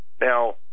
Now